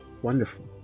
wonderful